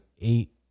eight